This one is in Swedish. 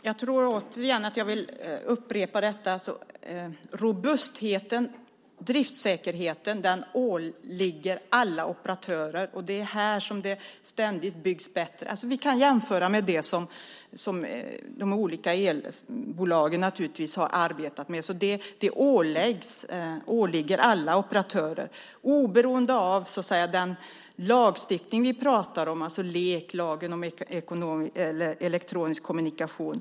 Herr talman! Jag tror att jag återigen vill upprepa att robustheten, driftssäkerheten, åligger alla operatörer, och det är här som det ständigt byggs bättre. Vi kan jämföra med det som de olika elbolagen naturligtvis har arbetat med. Det åligger alla operatörer oberoende av den lagstiftning som vi pratar om, alltså LEK, lagen om elektronisk kommunikation.